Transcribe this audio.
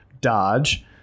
Dodge